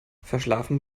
verschlafen